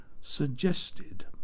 suggested